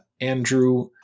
Andrew